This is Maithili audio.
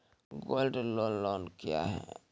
गोल्ड लोन लोन क्या हैं?